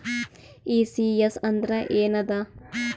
ECS ಅಂದ್ರ ಏನದ?